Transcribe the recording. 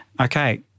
okay